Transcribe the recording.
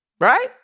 right